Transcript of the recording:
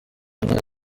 nta